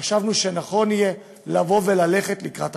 חשבנו שנכון יהיה ללכת לקראת החקלאים.